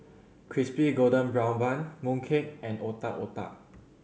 Crispy Golden Brown Bun mooncake and Otak Otak